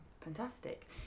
Fantastic